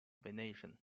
venation